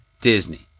Disney